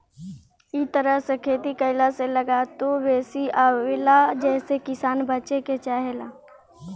इ तरह से खेती कईला से लागतो बेसी आवेला जेसे किसान बचे के चाहेला